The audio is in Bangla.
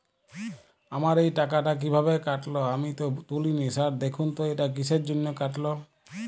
আমার এই টাকাটা কীভাবে কাটল আমি তো তুলিনি স্যার দেখুন তো এটা কিসের জন্য কাটল?